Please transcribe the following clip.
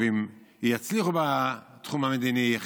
ואם יצליחו בתחום המדיני,